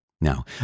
Now